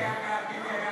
מה זה התוספות האלה?